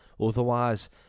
otherwise